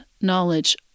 knowledge